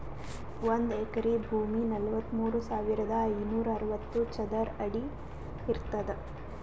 ಒಂದ್ ಎಕರಿ ಭೂಮಿ ನಲವತ್ಮೂರು ಸಾವಿರದ ಐನೂರ ಅರವತ್ತು ಚದರ ಅಡಿ ಇರ್ತದ